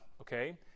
okay